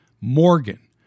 Morgan